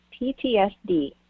PTSD